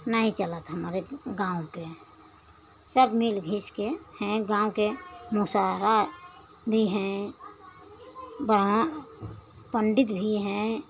नहीं चलत हैं हमारे गाँव के सब मिल घिस के हैं गाँव के मुसारा भी हैं वर्मा पंडित भी हैं